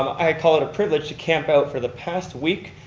i call it a privilege to camp out for the past week.